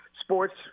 sports